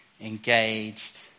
engaged